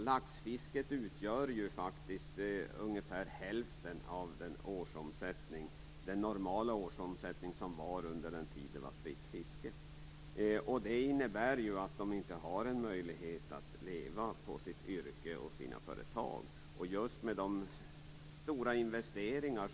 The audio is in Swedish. Laxfisket utgör faktiskt ungefär hälften av den normala årsomsättningen - den som var under den tid då fisket var fritt. Det innebär ju att fiskarna inte har en möjlighet att leva på sitt yrke och sina företag. Numera måste de också göra stora investeringar.